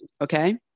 okay